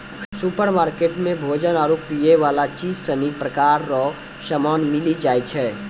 supermarket मे भोजन आरु पीयवला चीज सनी प्रकार रो समान मिली जाय छै